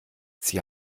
sie